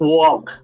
walk